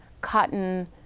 cotton